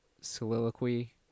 soliloquy